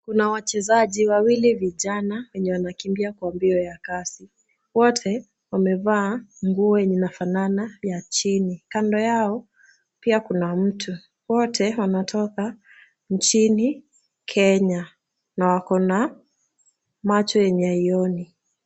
Kuna wachezaji wawili vijana, wenye wana. Wanakimbia kwa mbio ya kasi. Wote wamevaa nguo yenye nafanana ya chini. Kamera yao pia kuna mtu. Wote wanatoka nchini Kenya, na wako na macho yenye alioni.